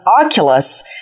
Oculus